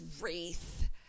wreath